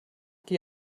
qui